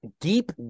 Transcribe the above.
Deep